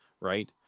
right